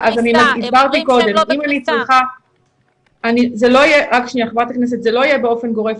זה לא יהיה באופן גורף.